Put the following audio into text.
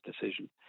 decision